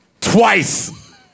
Twice